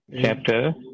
chapter